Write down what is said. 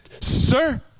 sir